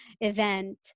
event